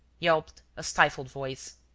yelped a stifled voice.